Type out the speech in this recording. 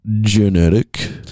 genetic